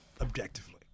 objectively